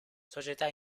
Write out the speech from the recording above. società